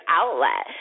outlet